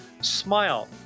smile